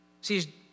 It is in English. See